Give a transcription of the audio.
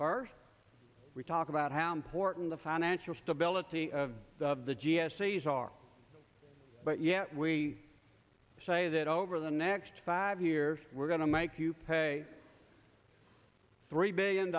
are we talk about how important the financial stability of the of the g s a is are but yet we say that over the next five years we're going to make you pay three billion